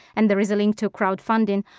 and there is a link to crowdfunding.